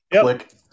Click